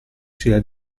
sia